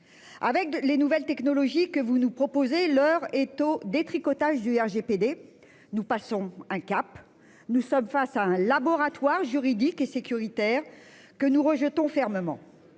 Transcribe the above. Avec les nouvelles technologies que vous nous proposez. L'heure est au détricotage du RGPD. Nous passons un cap, nous sommes face à un laboratoire juridique et sécuritaire que nous rejetons fermement